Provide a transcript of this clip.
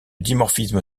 dimorphisme